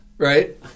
Right